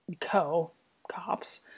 co-cops